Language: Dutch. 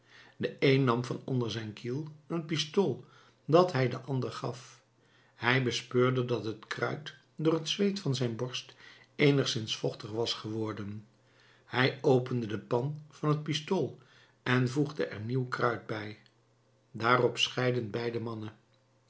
de een nam van onder zijn kiel een pistool dat hij den ander gaf hij bespeurde dat het kruit door het zweet van zijn borst eenigszins vochtig was geworden hij opende de pan van het pistool en voegde er nieuw kruit bij daarop scheidden beide mannen